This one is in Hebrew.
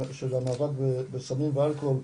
של המאבק בסמים ואלכוהול,